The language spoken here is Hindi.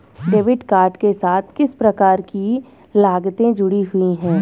डेबिट कार्ड के साथ किस प्रकार की लागतें जुड़ी हुई हैं?